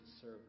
serve